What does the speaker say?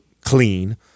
clean